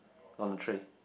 on the tray